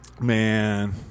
Man